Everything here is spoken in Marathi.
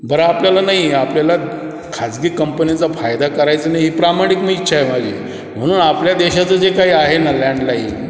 बरं आपल्याला नाही आपल्याला खाजगी कंपनीचा फायदा करायचं नाही ही प्रामाणिक मी इच्छा आहे माझी म्हणून आपल्या देशाचं जे काही आहे ना लँडलाईन